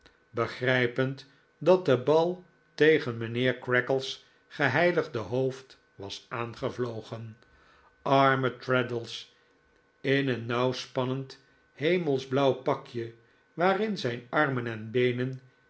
begrijpend dat de bal tegen mijnheer creakle s geheiligde hoofd was aangevlogen arme traddles in een nauw spannend hemelsblauw pakje waarin zijn armen en beenen